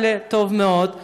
אלא טוב מאוד.